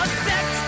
sex